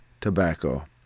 tobacco